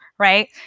Right